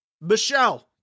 Michelle